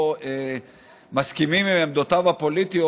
לא מסכימים לעמדותיו הפוליטיות,